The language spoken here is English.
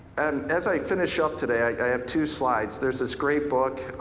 and as i finish up today i have two slides. there's this great book,